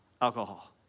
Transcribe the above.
alcohol